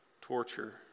torture